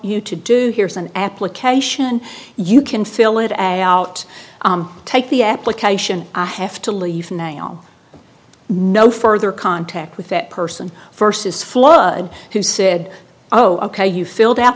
you to do here's an application you can fill it out take the application i have to leave nail no further contact with that person versus flood who said oh ok you filled out